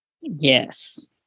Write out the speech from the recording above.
Yes